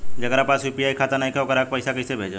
जेकरा पास यू.पी.आई खाता नाईखे वोकरा के पईसा कईसे भेजब?